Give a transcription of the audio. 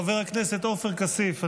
חבר הכנסת עופר כסיף,